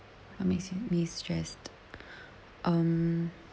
what makes me stressed um